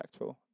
impactful